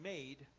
Made